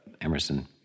Emerson